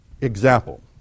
example